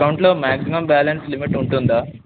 అకౌంట్లో maximum balance limit ఉంటుందా